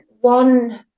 one